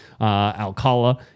Alcala